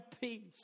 peace